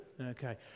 okay